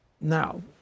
Now